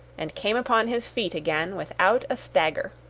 and came upon his feet again without a stagger.